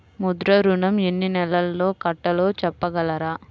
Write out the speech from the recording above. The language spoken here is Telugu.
ముద్ర ఋణం ఎన్ని నెలల్లో కట్టలో చెప్పగలరా?